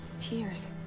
Tears